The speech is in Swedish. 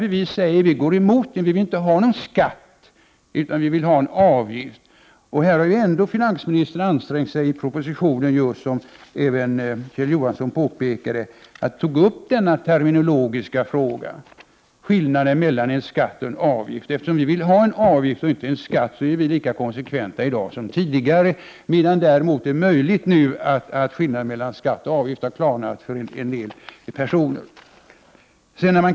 Men vi säger att vi inte vill ha någon skatt utan en avgift. Finansministern har i propositionen ansträngt sig och, som Kjell Johansson påpekade, tagit upp den terminologiska frågan om skillnaden mellan en skatt och en avgift. Eftersom vi vill ha en avgift och inte en skatt, är vi moderater i dag lika konsekventa som tidigare. Däremot är det möjligt att skillnaden mellan en skatt och en avgift för en del andra personer först nu har börjat klarna.